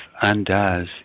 undoes